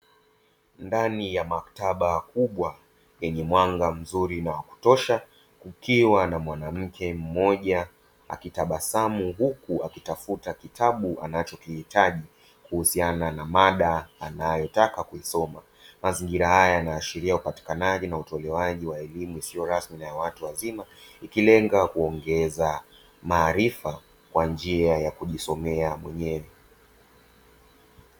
Ndani ya maktaba kubwa yenye mwanga mzuri na wakutosha, kukiwa na mwanamke mmoja akitabasamu huku akitafuta kitabu anachokihitaji kuhusiana na mada anayoitaka kuisoma, mazingira haya yanaashiria upatikanaji na utolewaji wa elimu isiyo rasmi na ya watu wazima ikilenga kuongeza maarifa kwa njia ya kujisomea mwenyewe.